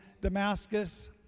Damascus